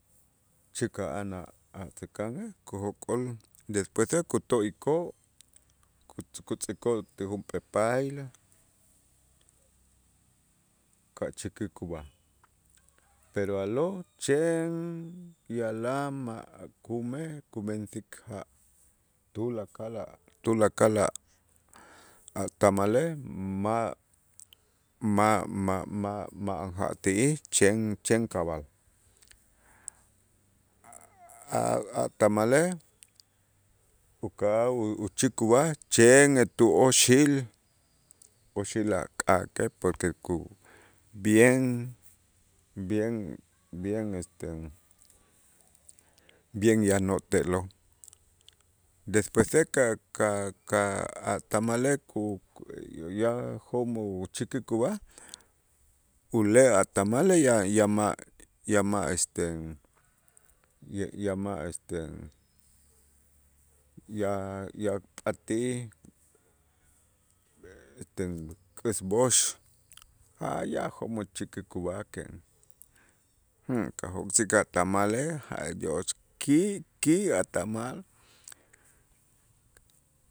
Chäka'an a' säkanej kujok'ol despuese kuto'ikoo' kutz kutz'ikoo' ti junp'ee payla ka' chäkik ub'aj, pero a'lo' chen yalam ma' kume kumensik ja' tulakal a' tulakal a' tamalej ma' ma' ma' ma' ma'an ja' ti'ij chen chen cabal a'-a' tamalej uka'aj u- uchik ub'aj chen etu oxil, oxil a' k'aak'ej porque ku bien bien bien este bien yanoo' te'lo', despues ka- ka a' tamalej ku ku ya jo'mo' chäkik ub'aj ule' a' tamalej ya ya ma' ya ma' este ya ma' este ya ya patij este k'äs b'ox ja ya jo'mo' chäkik ub'aj kajok'sik a' tamalej ki' ki' a' tamal.